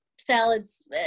salads